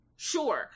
Sure